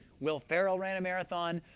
will farrell ran a marathon.